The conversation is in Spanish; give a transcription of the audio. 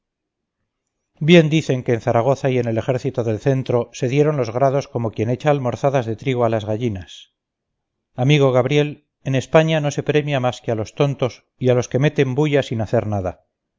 bien dicen que en zaragoza y en el ejército del centro se dieron los grados como quien echa almorzadas de trigo a las gallinas amigo gabriel en españa no se premia más que a los tontos y a los que meten bulla sin hacer nada